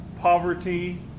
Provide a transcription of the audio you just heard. poverty